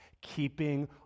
keeping